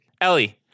Ellie